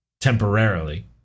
temporarily